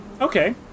Okay